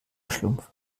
schlumpf